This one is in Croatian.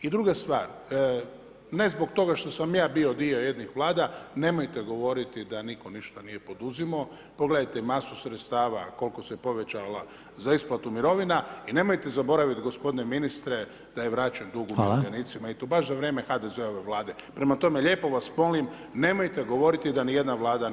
I druga stvar, ne zbog toga što sam ja bio dio jednih vlada, nemojte govoriti da nitko ništa nije poduzimao, pogledajte masu sredstava koliko se povećala za isplatu mirovina i nemojte zaboraviti gospodine ministre, da je vraćen dug umirovljenicima i to baš za vrijeme HDZ-ove vlade, prema tome lijepo vas molim, nemojte govoriti da nijedna vlada nije ništa poduzela.